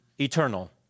eternal